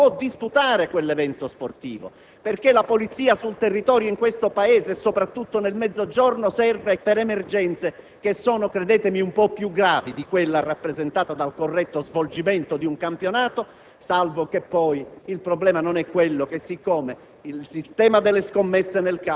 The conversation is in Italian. sportivo ha necessità di 1.500 agenti, allora bisogna dire che non si può disputare quell'evento sportivo, perché la polizia sul territorio in questo Paese - e soprattutto nel Mezzogiorno - serve per emergenze che sono, credetemi, un po' più gravi di quella rappresentata dal corretto svolgimento di un campionato;